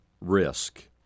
risk